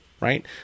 right